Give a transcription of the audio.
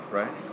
right